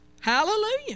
Hallelujah